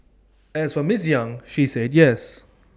as for miss yang she said yes